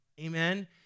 Amen